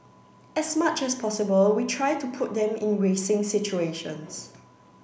as much as possible we try to put them in racing situations